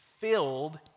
filled